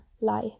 lie